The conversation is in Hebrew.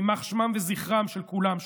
יימח שמם וזכרם של כולם שם,